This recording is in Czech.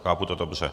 Chápu to dobře.